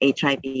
HIV